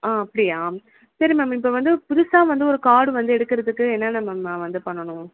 ஆ அப்படியா சரி மேம் இப்போ வந்து புதுசாக வந்து ஒரு கார்டு வந்து எடுக்கிறதுக்கு என்னென்ன மேம் நான் வந்து பண்ணணும்